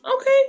okay